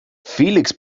felix